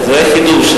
זה חידוש.